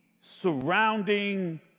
surrounding